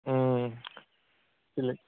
उम एलाय